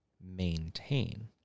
maintain